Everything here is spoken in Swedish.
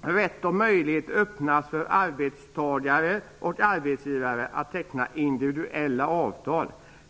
rätt och möjlighet öppnas för arbetstagare och arbetsgivare att teckna individuella avtal.